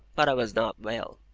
but i was not well.